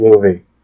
movie